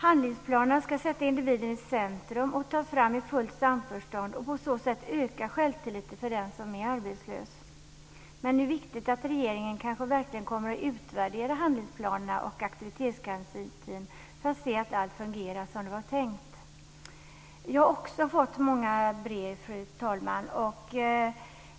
Handlingsplanerna ska sätta individen i centrum och tas fram i fullt samförstånd för att på så sätt öka självtilliten hos den som är arbetslös. Det är viktigt att regeringen verkligen utvärderar handlingsplanerna och aktivitetsgarantin; detta för att man ska se att allt fungerar som det var tänkt. Fru talman! Jag har fått många brev.